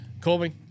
Colby